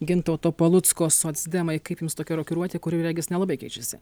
gintauto palucko socdemai kaip jums tokia rokiruotė kuri regis nelabai keičiasi